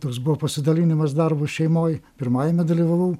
toks buvo pasidalinimas darbo šeimoj pirmajame dalyvavau